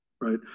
Right